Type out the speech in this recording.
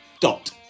dot